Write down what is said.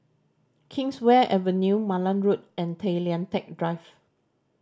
Kingswear Avenue Malan Road and Tay Lian Teck Drive